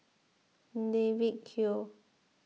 David Kwo